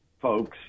folks